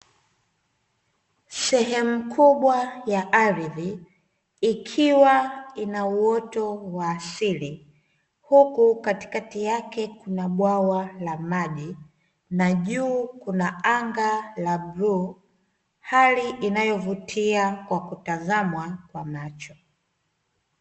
Sehemu kubwa ya ardhi ikiwa inauoto wa asili huku katikati yake kuna bwawa la maji na juu kuna anga la bluu. Hali inayovutia kwa kutazamwa kwa macho.